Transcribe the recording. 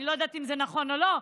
אני לא יודעת אם זה נכון או לא,